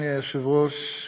אדוני היושב-ראש,